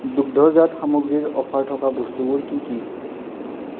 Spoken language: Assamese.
দুগ্ধজাত সামগ্ৰীৰ অফাৰ থকা বস্তুবোৰ কি কি